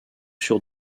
sur